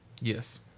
Yes